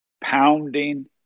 pounding